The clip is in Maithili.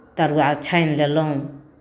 तरुआ छानि लेलहुँ